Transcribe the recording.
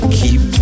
keep